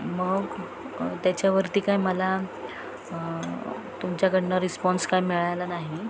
मग त्याच्यावरती काय मला तुमच्याकडून रिस्पॉन्स काय मिळाला नाही